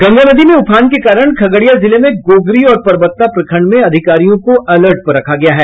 गंगा नदी में उफान के कारण खगड़िया जिले में गोगरी और परबत्ता प्रखंड में अधिकारियों को अलर्ट पर रखा गया है